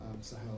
Sahel